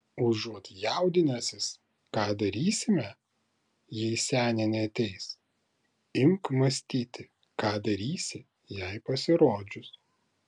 užuot jaudinęsis ką darysime jei senė neateis imk mąstyti ką darysi jai pasirodžius